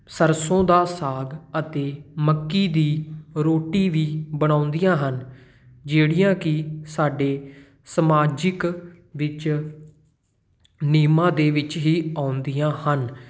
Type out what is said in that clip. ਸਰਸੋਂ ਦਾ ਸਾਗ ਅਤੇ ਮੱਕੀ ਦੀ ਰੋਟੀ ਵੀ ਬਣਾਉਂਦੀਆਂ ਹਨ ਜਿਹੜੀਆਂ ਕਿ ਸਾਡੇ ਸਮਾਜਿਕ ਵਿੱਚ ਨਿਯਮਾਂ ਦੇ ਵਿੱਚ ਹੀ ਆਉਂਦੀਆਂ ਹਨ